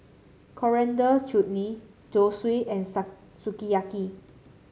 Coriander Chutney Zosui and Sukiyaki